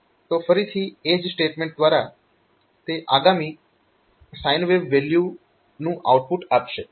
તો ફરીથી એ જ સ્ટેટમેન્ટ દ્વારા તે આગામી સાઈન વેવ વેલ્યુનું આઉટપુટ આપશે